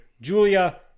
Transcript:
Julia